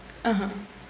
(uh huh)